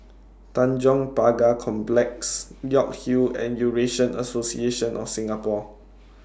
Tanjong Pagar Complex York Hill and Eurasian Association of Singapore